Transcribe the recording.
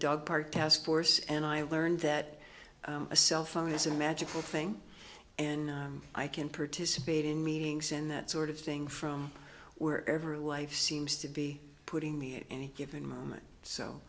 dog park task force and i learned that a cell phone is a magical thing and i can partizan fit in meetings and that sort of thing from where ever wife seems to be putting me at any given moment so